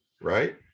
Right